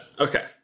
Okay